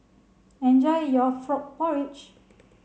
enjoy your frog porridge